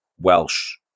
Welsh